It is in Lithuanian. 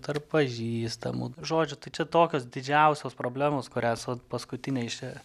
tarp pažįstamų žodžiu tai čia tokios didžiausios problemos kurias vat paskutinė iš čia